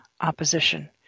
opposition